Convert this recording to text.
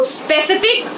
specific